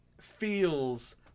feels